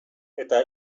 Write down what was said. eta